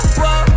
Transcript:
whoa